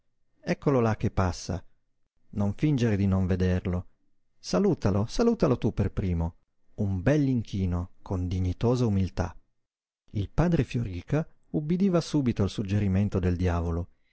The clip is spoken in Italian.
eccolo là che passa non fingere di non vederlo salutalo salutalo tu per primo un bell'inchino con dignitosa umiltà il padre fioríca ubbidiva subito al suggerimento del diavolo